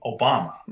Obama